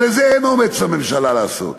אבל את זה אין לממשלה אומץ לעשות.